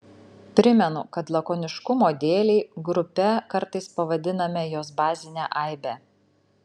primenu kad lakoniškumo dėlei grupe kartais pavadiname jos bazinę aibę